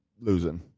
losing